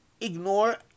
ignore